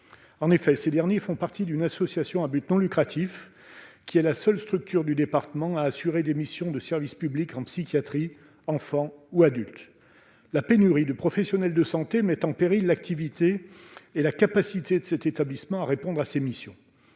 En effet, cet établissement fait partie d'une association à but non lucratif, qui est la seule structure du département à assurer des missions de service public en psychiatrie pour les enfants et les adultes. La pénurie de professionnels de santé met en péril l'activité et la capacité de cet établissement à exercer ses missions.